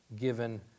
given